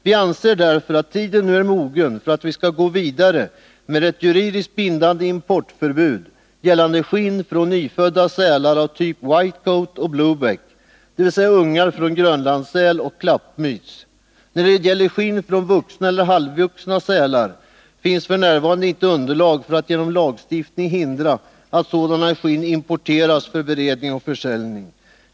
Vi anser därför att tiden nu är mogen för att vi skall gå vidare med ett juridiskt bindande importförbud gällande skinn från nyfödda sälar av typen whitecoat och blueback, dvs. ungar från grönlandssäl och klappmyts. När det gäller skinn från vuxna eller halvvuxna sälar finns f.n. inte underlag för att genom lagstiftning hindra att sådana skinn importeras för beredning och försäljning.